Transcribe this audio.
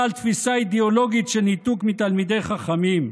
על תפיסה אידיאולוגית של ניתוק מתלמידי חכמים,